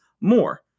more